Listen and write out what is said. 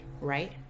right